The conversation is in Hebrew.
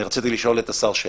אני רציתי לשאול את השר שאלה.